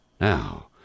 Now